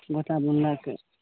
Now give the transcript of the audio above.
गोटा बुनलक